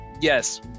yes